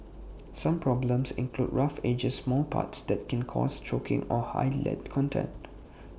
some problems include rough edges small parts that can cause choking or high lead content